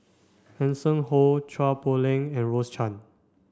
Hanson Ho Chua Poh Leng and Rose Chan